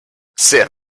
sehr